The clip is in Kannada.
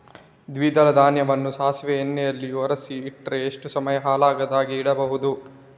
ದ್ವಿದಳ ಧಾನ್ಯವನ್ನ ಸಾಸಿವೆ ಎಣ್ಣೆಯಲ್ಲಿ ಒರಸಿ ಇಟ್ರೆ ಎಷ್ಟು ಸಮಯ ಹಾಳಾಗದ ಹಾಗೆ ಇಡಬಹುದು?